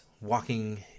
walking